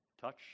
touch